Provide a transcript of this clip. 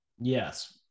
Yes